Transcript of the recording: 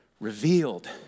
revealed